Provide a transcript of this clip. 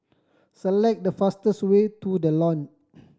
select the fastest way to The Lawn